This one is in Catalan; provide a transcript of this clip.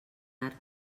art